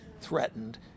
threatened